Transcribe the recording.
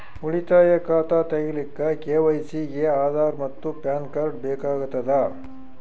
ಉಳಿತಾಯ ಖಾತಾ ತಗಿಲಿಕ್ಕ ಕೆ.ವೈ.ಸಿ ಗೆ ಆಧಾರ್ ಮತ್ತು ಪ್ಯಾನ್ ಕಾರ್ಡ್ ಬೇಕಾಗತದ